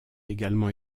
également